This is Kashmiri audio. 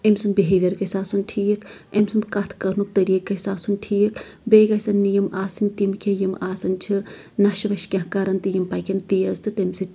أمۍ سُنٛد بِہیویر گژھِ آسُن ٹھیٖک أمۍ سُنٛد کَتھ کَرنُک طٔریٖقہٕ گژھِ آسُن ٹھیٖک بیٚیہِ گژھن نہٕ یِم آسٕنۍ تِم کینٛہہ یِم آسان چھِ نَشہٕ وَشہٕ کیٚنٛہہ کران تہٕ یِم پَکن تیٖز تہٕ تَمہِ سۭتۍ